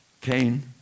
Cain